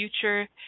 future